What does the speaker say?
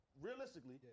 realistically